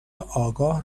آگاه